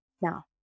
Now